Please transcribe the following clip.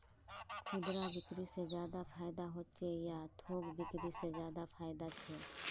खुदरा बिक्री से ज्यादा फायदा होचे या थोक बिक्री से ज्यादा फायदा छे?